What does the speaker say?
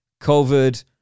COVID